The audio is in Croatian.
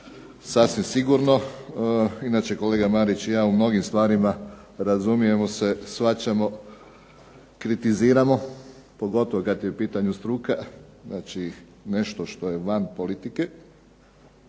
Sasvim sigurno. Inače kolega Marić i ja u mnogim stvarima razumijemo se, shvaćamo, kritiziramo, pogotovo kada je u pitanju struka, znači nešto što je van politike.